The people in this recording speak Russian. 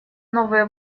новые